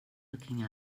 looking